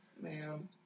man